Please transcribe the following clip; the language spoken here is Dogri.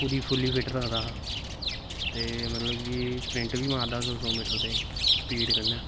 फिर फुल्ल फिट्ट रखदा हा ते मतलव की स्परिंट बी मार दा हा सौ सौ मीटर दे स्पीड़ कन्नै